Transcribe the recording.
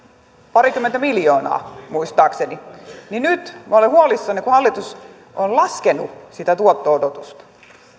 parikymmentä miljoonaa muistaakseni niin nyt minä olen huolissani kun hallitus on laskenut sitä tuotto odotusta